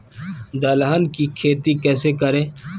दलहन की खेती कैसे करें?